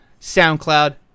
SoundCloud